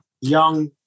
young